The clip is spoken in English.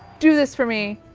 do this for me,